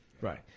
Right